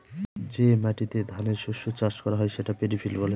যে মাটিতে ধানের শস্য চাষ করা হয় সেটা পেডি ফিল্ড বলে